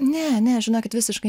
ne ne žinokit visiškai